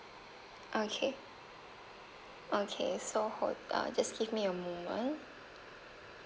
okay okay so hold uh just give me a moment